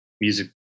music